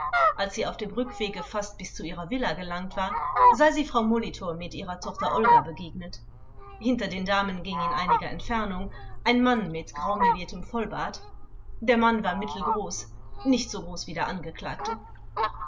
als sie auf dem rückwege fast bis zu ihrer villa gelangt war sei sie frau molitor mit ihrer tochter olga begegnet hinter den damen ging in einiger entfernung ein mann mit graumeliertem vollbart der mann war mittelgroß nicht so groß wie der angeklagte